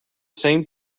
same